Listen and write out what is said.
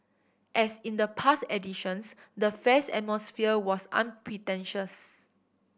as in the past editions the fair's atmosphere was unpretentious